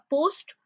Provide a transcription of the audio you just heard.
Post